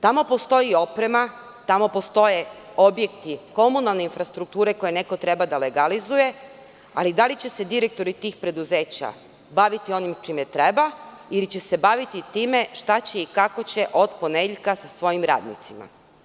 Tamo postoji oprema, postoje objekti komunalne infrastrukture koje neko treba da legalizuje, ali da li će se direktori tih preduzeća baviti onim čime treba ili će se baviti time šta će i kako će od ponedeljka sa svojim radnicima?